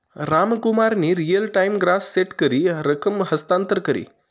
रामकुमारनी real time gross set करी रकम हस्तांतर करी